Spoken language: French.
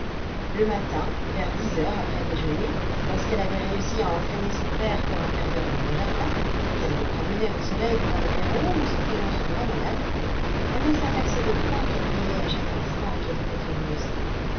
le matin vers dix heures après déjeuner lorsqu'elle avait réussi à entraîner son père pour un quart d'heure dans le jardin et qu'elle le promenait au soleil devant le perron en lui soutenant son bras malade elle ne s'apercevait point qu'elle riait à chaque instant et qu'elle était heureuse